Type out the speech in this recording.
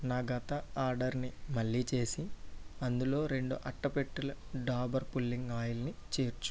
నా గత ఆర్డరుని మళ్ళీ చేసి అందులో రెండు అట్టపెట్టెలు డాబర్ పుల్లింగ్ ఆయిల్ని చేర్చుము